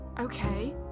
Okay